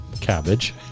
cabbage